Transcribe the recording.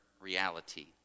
reality